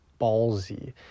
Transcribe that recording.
ballsy